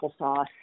applesauce